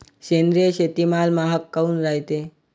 सेंद्रिय शेतीमाल महाग काऊन रायते?